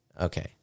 Okay